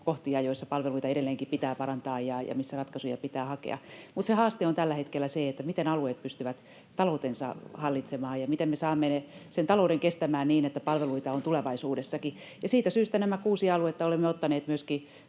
kohtia, joissa palveluita edelleenkin pitää parantaa ja missä ratkaisuja pitää hakea. Mutta se haaste on tällä hetkellä se, miten alueet pystyvät taloutensa hallitsemaan ja miten me saamme sen talouden kestämään niin, että palveluita on tulevaisuudessakin. Ja siitä syystä nämä kuusi aluetta olemme ottaneet tällä